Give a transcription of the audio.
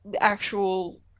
actual